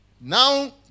Now